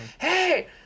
hey